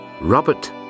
Robert